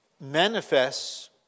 Manifests